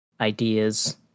ideas